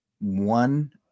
One